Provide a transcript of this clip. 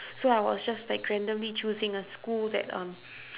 so I was just like randomly choosing a school that um